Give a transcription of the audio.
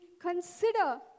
consider